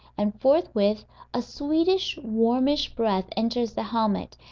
and forthwith a sweetish, warmish breath enters the helmet,